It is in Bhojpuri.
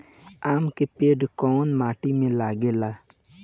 आम के पेड़ कोउन माटी में लागे ला?